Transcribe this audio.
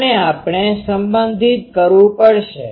આને આપણે સંબંધિત કરવું પડશે